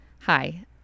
Hi